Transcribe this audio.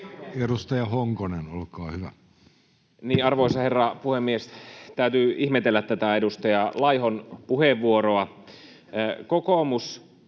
17:35 Content: Arvoisa herra puhemies! Täytyy ihmetellä tätä edustaja Laihon puheenvuoroa.